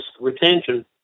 retention